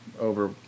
over